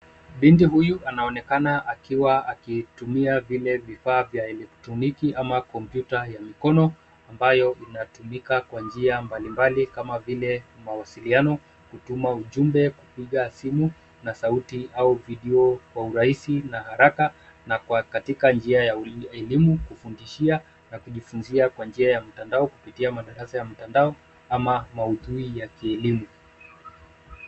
Binti huyu anaonekana akiwa akitumia vile vifaa vya elektroniki ama kompyuta ya mikono ambayo inatumika kwa njia mbalimbali, kama vile mawasiliano, kutuma ujumbe, kupiga simu na sauti au video kwa urahisi na haraka na kwa katika njia ya elimu kufundishia na kujifunzia kwa njia ya mtandao, kupitia madarasa ya mtandao ama maudhui ya kielimu.